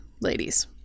ladies